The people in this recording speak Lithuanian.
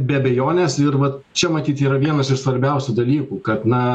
be abejonės ir vat čia matyt yra vienas iš svarbiausių dalykų kad na